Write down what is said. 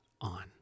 on